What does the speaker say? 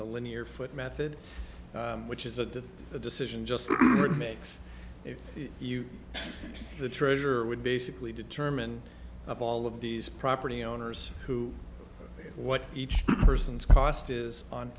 the linear foot method which is a decision just makes you the treasurer would basically determine of all of these property owners who what each person's cost is on